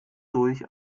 durch